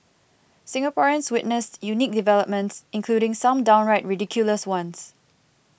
Singaporeans witnessed unique developments including some downright ridiculous ones